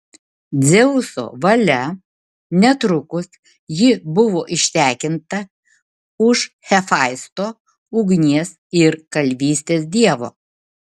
dzeuso valia netrukus ji buvo ištekinta už hefaisto ugnies ir kalvystės dievo